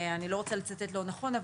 אני לא רוצה לצטט לא נכון,